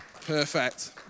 Perfect